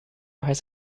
has